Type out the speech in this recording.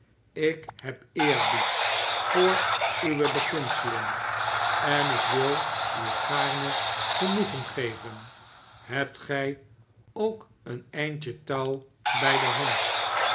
ik heb eerbied voor uwe beginselen en ik wil u gaarne genoegen geven heb gij ook een eindje touw bij de hand